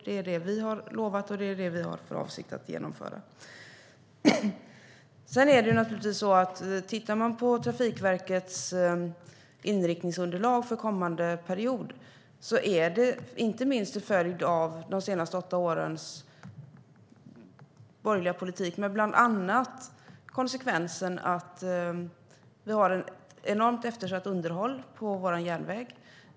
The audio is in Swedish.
Det är vad vi har lovat, och det är vad vi har för avsikt att genomföra.I Trafikverkets inriktningsunderlag för kommande period framgår det, inte minst till följd av de senaste åtta årens borgerliga politik, att konsekvensen har blivit ett enormt eftersatt underhåll på vår järnväg.